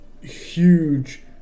huge